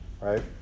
Right